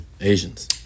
Asians